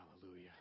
Hallelujah